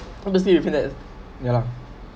honestly you feel that ya lah